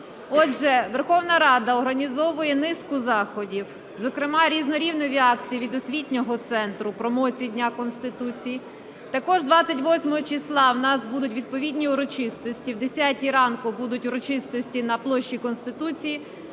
Отже, Верховна Рада організовує низку заходів, зокрема різнорівневі акції від Освітнього центру промоції Дня Конституції. Також 28 числа у нас будуть відповідні урочистості. О 10 ранку будуть урочистості на Площі Конституції